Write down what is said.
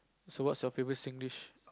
so what's your favourite Singlish